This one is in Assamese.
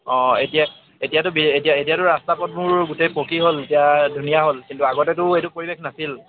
অঁ এতিয়া এতিয়াতো এতিয়া এতিয়াতো ৰাস্তা পদবোৰ গোটেই পকী হ'ল এতিয়া ধুনীয়া হ'ল কিন্তু আগতেতো এইটো পৰিৱেশ নাছিল